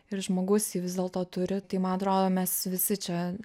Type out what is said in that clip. ir žmogus jį vis dėlto turi tai man atrodo mes visi čia